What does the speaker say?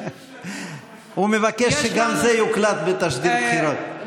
הוא מבקש שגם זה יוקלט בתשדיר בחירות.